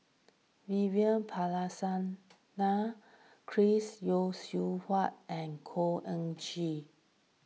Vivian Balakrishnan Chris Yeo Siew Hua and Khor Ean Ghee